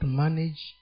manage